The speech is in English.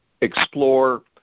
explore